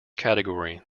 category